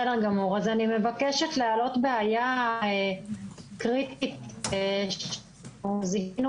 אני מבקשת להעלות בעיה קריטית שזיהינו